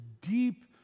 deep